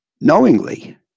knowingly